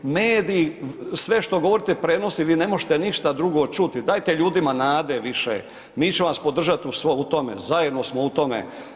Mediji sve što govorite prenosi, vi ne možete ništa drugo čuti, dajte ljudima nade više, mi ćemo vas podržat u tome, zajedno smo u tome.